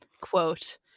quote